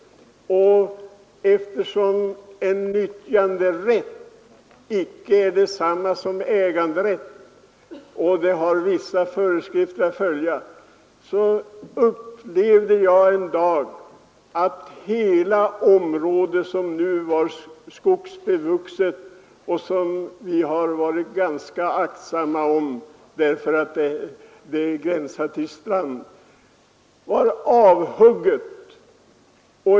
Eftersom nyttjanderätt icke är detsamma som äganderätt och det finns vissa föreskrifter som skall följas upplevde jag en dag att hela området — som var skogbevuxet och som vi hade varit ganska aktsamma om, eftersom det gränsade till strand — var avhugget.